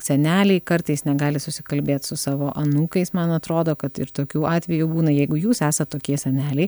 seneliai kartais negali susikalbėt su savo anūkais man atrodo kad ir tokių atvejų būna jeigu jūs esat tokie seneliai